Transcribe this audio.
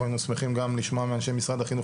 היינו שמחים גם לשמוע מאנשי משרד החינוך,